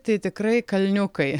tai tikrai kalniukai